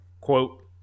quote